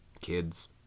kids